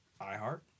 iHeart